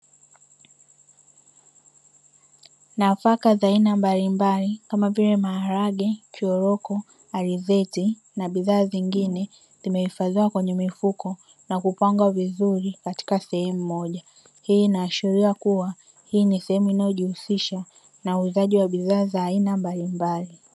Nafaka za aina mbalimbali kama vile mchele, choroko, alizeti na bidhaa zingine zimehifadhiwa kwenye mifuko na kupangwa vizuri katika sehemu moja. Hii inaashiria kuwa hii ni sehemu inayojihusisha na uuzaji wa bidhaa mbalimbali.